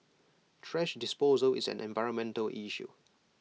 thrash disposal is an environmental issue